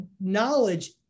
knowledge